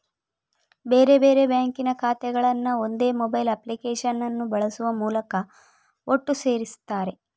ಬೇರೆ ಬೇರೆ ಬ್ಯಾಂಕಿನ ಖಾತೆಗಳನ್ನ ಒಂದೇ ಮೊಬೈಲ್ ಅಪ್ಲಿಕೇಶನ್ ಅನ್ನು ಬಳಸುವ ಮೂಲಕ ಒಟ್ಟು ಸೇರಿಸ್ತಾರೆ